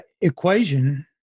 equation